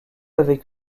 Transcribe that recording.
avec